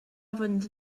ovens